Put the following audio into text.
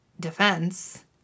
defense